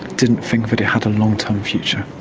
didn't think that it had a long-term future.